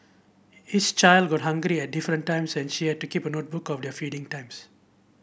each child got hungry at different times and she had to keep a notebook of their feeding times